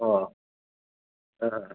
ᱚ ᱦᱮᱸ